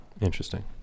Interesting